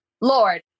lord